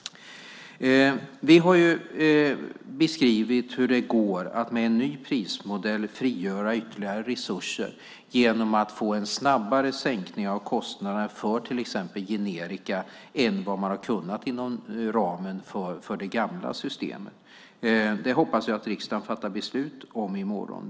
Vi skriver att det går att genom en prismodell frigöra ytterligare resurser genom att få en snabbare sänkning av kostnader för till exempel generika än vad man har kunnat inom ramen för det gamla systemet. Det hoppas jag att riksdagen kommer att fatta beslut om i morgon.